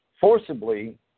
forcibly